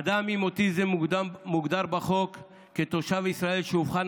אדם עם אוטיזם מוגדר בחוק כתושב ישראל שאובחן